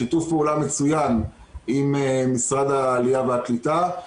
שיתוף פעולה מצוין עם משרד העלייה והקליטה.